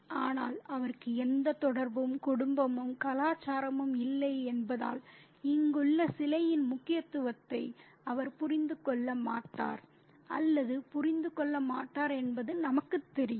ஆனால் அவருக்கு எந்த தொடர்பும் குடும்பமும் கலாச்சாரமும் இல்லை என்பதால் இங்குள்ள சிலையின் முக்கியத்துவத்தை அவர் புரிந்து கொள்ள மாட்டார் அல்லது புரிந்து கொள்ள மாட்டார் என்பது நமக்குத் தெரியும்